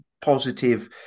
positive